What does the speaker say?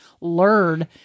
learn